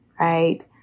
right